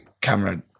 camera